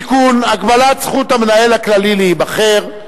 (תיקון, הגבלת זכות המנהל הכללי להיבחר),